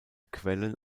quellen